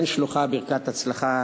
כן שלוחה ברכת הצלחה